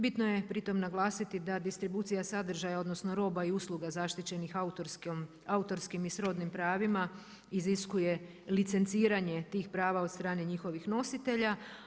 Bitno je pri tom naglasiti da distribucija sadržaja odnosno roba i usluga zaštićenih autorskim i srodnim pravima iziskuje licenciranje tih prava od strane njihovih nositelja.